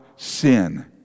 sin